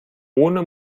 ohne